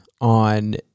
on